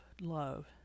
love